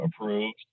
approved